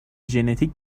ژنتیک